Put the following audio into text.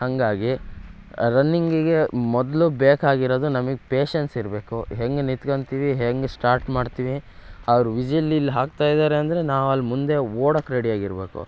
ಹಾಗಾಗಿ ರನ್ನಿಂಗಿಗೆ ಮೊದಲು ಬೇಕಾಗಿರೋದು ನಮಗೆ ಪೇಶನ್ಸ್ ಇರಬೇಕು ಹೆಂಗೆ ನಿತ್ಕಂತೀವಿ ಹೆಂಗೆ ಸ್ಟಾರ್ಟ್ ಮಾಡ್ತೀವಿ ಅವ್ರು ವಿಝಿಲ್ ಇಲ್ಲಿ ಹಾಕ್ತಾ ಇದ್ದಾರೆ ಅಂದರೆ ನಾವು ಅಲ್ಲಿ ಮುಂದೆ ಓಡಕ್ಕೆ ರೆಡಿಯಾಗಿರಬೇಕು